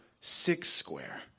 six-square